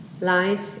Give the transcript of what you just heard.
Life